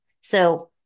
So-